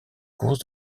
courses